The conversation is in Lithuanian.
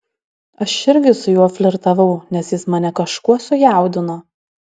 aš irgi su juo flirtavau nes jis mane kažkuo sujaudino